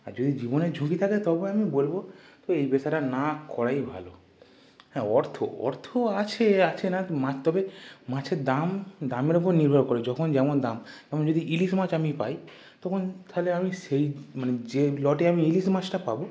আর যদি জীবনের ঝুঁকি থাকে তবে আমি বলব এই পেশাটা না করাই ভালো হ্যাঁ অর্থ অর্থ আছে আছে না তবে মাছের দাম দামের উপর নির্ভর করে যখন যেমন দাম যেমন যদি ইলিশ মাছ আমি পাই তখন তাহলে আমি সেই মানে যে লটে আমি ইলিশ মাছটা পাব